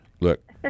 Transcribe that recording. Look